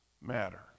matter